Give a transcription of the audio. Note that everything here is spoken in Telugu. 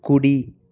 కుడి